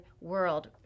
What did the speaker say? world